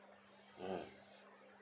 mm